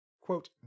Quote